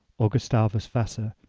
or gustavus vassa,